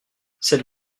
cette